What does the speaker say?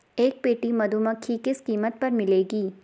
एक पेटी मधुमक्खी किस कीमत पर मिलेगी?